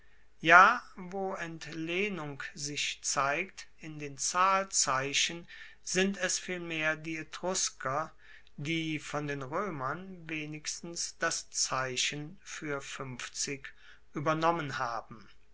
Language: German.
ja wo entlehnung sich zeigt in den zahlzeichen sind es vielmehr die etrusker die von den roemern wenigstens das zeichen fuer uebernommen haben